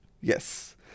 Yes